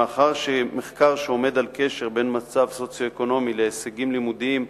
מאחר שמחקר שעומד על קשר בין מצב סוציו-אקונומי להישגים לימודיים,